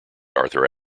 arthur